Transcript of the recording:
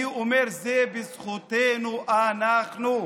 אני אומר: זה בזכותנו, אנחנו,